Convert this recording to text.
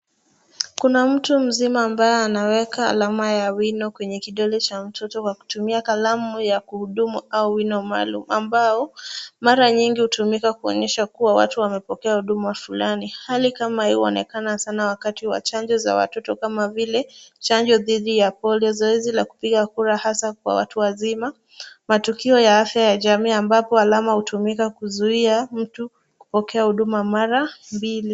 Kuna mtu mzima ambaye anaweka alama ya wino kwenye kidole cha mtoto kwa kutumia; kalamu ya kuhudumu au wino maalum ambao mara nyingi hutumika kuonyesha kuwa watu wamepokea huduma fulani. Hali kama hii huonekana sana wakati wa chanjo za watoto kama vile chanjo dhidi ya polio. Zoezi la kupiga kura hasa kwa watu wazima. Matukio ya afya ya jamii ambapo alama hutumika kuzuia mtu kupokea huduma mara mbili.